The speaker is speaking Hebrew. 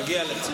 מגיע לך.